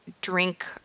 drink